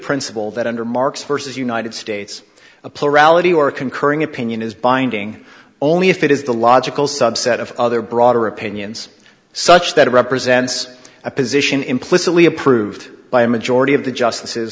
principle that under mark's versus united states a plurality or concurring opinion is binding only if it is the logical subset of other broader opinions such that it represents a position implicitly approved by a majority of the justice